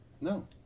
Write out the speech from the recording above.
No